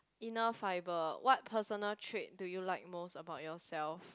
enough fibre what personal trait do you like most about yourself